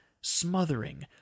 smothering